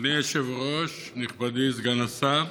אדוני היושב-ראש, נכבדי סגן השר,